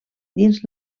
dins